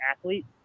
athlete